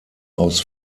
aus